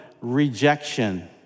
rejection